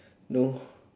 no